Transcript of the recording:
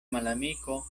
malamiko